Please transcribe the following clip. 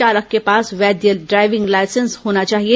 चालक के पास वैध डाइविंग लाइसेंस होना चाहिए